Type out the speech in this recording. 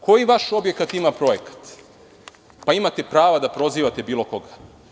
Koji vaš objekat ima projekat, pa imate prava da prozivate bilo koga?